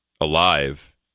alive